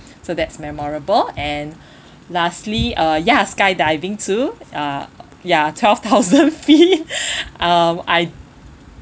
so that's memorable and lastly uh ya skydiving too uh ya twelve thousand feet um I